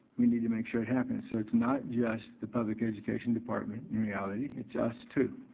we need to make sure it happens so it's not just the public education department, in reality. it's us too.